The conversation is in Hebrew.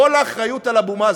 כל האחריות על אבו מאזן.